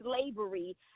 slavery